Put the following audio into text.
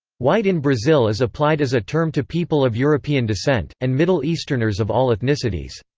white in brazil is applied as a term to people of european descent, and middle easterners of all ethnicities.